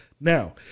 Now